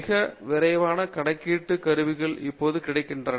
மிக விரைவான கணக்கீட்டு கருவிகளை இப்போது கிடைக்கப்பெறுகின்றன